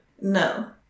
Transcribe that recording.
No